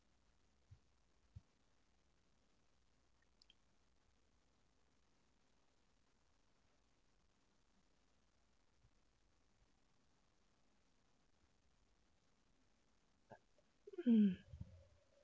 hmm